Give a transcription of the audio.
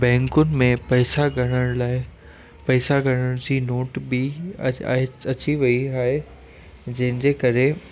बैंकुनि में पैसा ॻणण लाइ ॻणण जी नोट बि अॼु आहे अची वेई आहे जंहिं जे करे